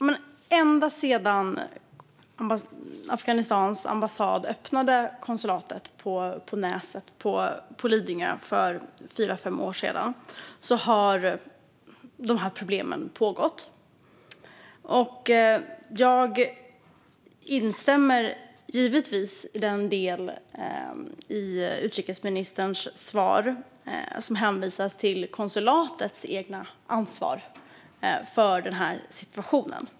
Fru talman! Ända sedan Afghanistans ambassad för fyra fem år sedan öppnade konsulatet på Näset på Lidingö har dessa problem pågått. Jag instämmer givetvis i den del av utrikesministerns svar som hänvisar till konsulatets eget ansvar för situationen.